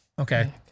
Okay